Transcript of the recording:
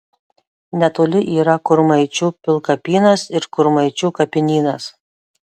netoli yra kurmaičių pilkapynas ir kurmaičių kapinynas